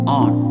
on